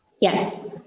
Yes